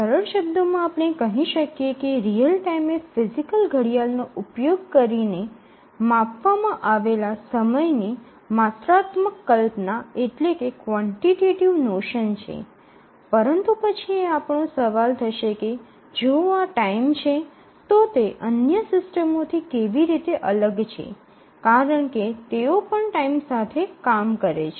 સરળ શબ્દોમાં આપણે કહી શકીએ કે રીઅલ ટાઇમ એ ફિજિકલ ઘડિયાળનો ઉપયોગ કરીને માપવામાં આવેલા સમયની માત્રાત્મક કલ્પના છે પરંતુ પછી આપણો સવાલ થશે કે જો આ ટાઇમ છે તો તે અન્ય સિસ્ટમોથી કેવી રીતે અલગ છે કારણ કે તેઓ પણ ટાઇમ સાથે કામ કરે છે